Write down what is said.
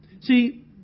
See